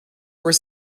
were